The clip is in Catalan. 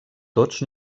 tots